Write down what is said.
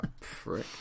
frick